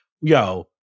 yo